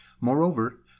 Moreover